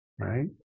right